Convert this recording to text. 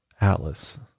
Atlas